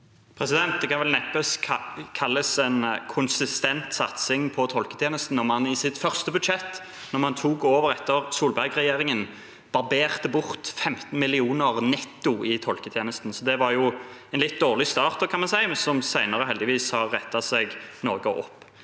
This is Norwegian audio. Det kan vel neppe kalles en konsistent satsing på tolketjenesten når man i sitt første budsjett etter at man tok over etter Solberg-regjeringen, barberte bort 15 mill. kr netto i tolketjenesten. Det var en litt dårlig start, kan man si, som senere heldigvis har rettet seg noe opp.